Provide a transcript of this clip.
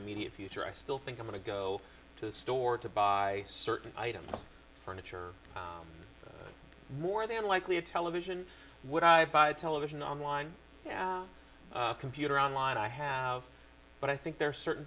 immediate future i still think i'm going to go to the store to buy certain items furniture more than likely a television would i buy a television online computer on line i have but i think there are certain